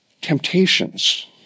temptations